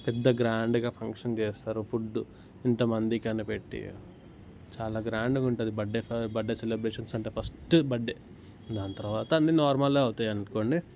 పెద్ద గ్రాండ్గా ఫంక్షన్ చేస్తారు ఫుడ్డు ఇంత మందికని పెట్టి చాలా గ్రాండ్గా ఉంటుంది బర్త్డే బర్త్డే సెలబ్రేషన్స్ అంటే ఫస్ట్ బర్త్డే దాని తరువాత అన్నీ నార్మలే అవుతాయనుకోండి